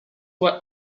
would